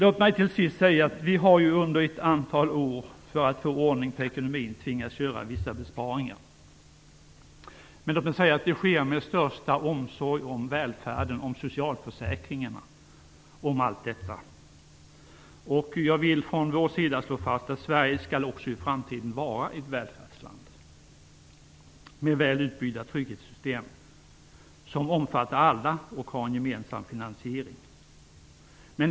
Låt mig till sist säga att för att få ordning på ekonomin har vi under ett antal år tvingats göra vissa besparingar. Men det sker med största omsorg om välfärden och socialförsäkringarna. Jag vill slå fast att vi anser att Sverige även i framtiden skall vara ett välfärdsland med väl utbyggda trygghetssystem som omfattar alla och har en gemensam finansiering.